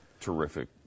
terrific